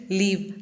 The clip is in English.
leave